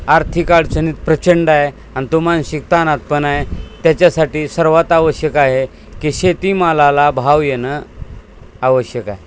आर्थिक अडचणीत प्रचंड आहे आणि तो मानसिक ताणात पण आहे त्याच्यासाठी सर्वात आवश्यक आहे की शेतीमालाला भाव येणं आवश्यक आहे